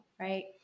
right